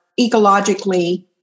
ecologically